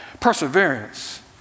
perseverance